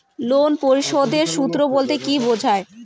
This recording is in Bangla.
লোন পরিশোধের সূএ বলতে কি বোঝায়?